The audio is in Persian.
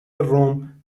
روم